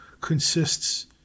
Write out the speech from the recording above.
consists